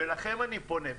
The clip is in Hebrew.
ולכן אני פונה,